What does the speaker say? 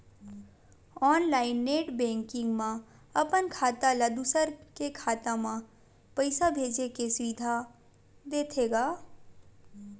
online net banking म अपन खाता ले दूसर के खाता म पइसा भेजे के सुबिधा देथे गा